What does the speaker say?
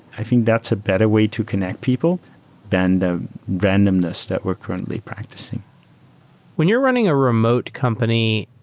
i think that's a better way to connect people than the randomness that we're currently practicing when you're running a remote company,